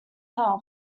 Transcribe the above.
health